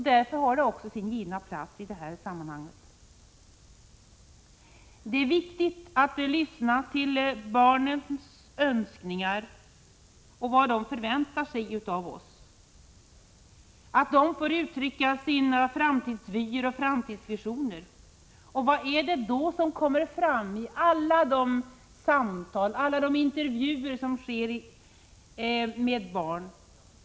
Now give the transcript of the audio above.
Därför har frågan också sin givna plats i det här sammanhanget. Det är viktigt att lyssna till barnens önskningar och till vad de förväntar sig av oss. Det är viktigt att de får uttrycka sina framtidsvyer och framtidsvisioner. Vad är det då som kommer fram i alla de samtal, alla de intervjuer som görs med barn?